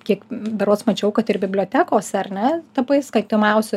kiek berods mačiau kad ir bibliotekose ar ne tapai skaitomiausiu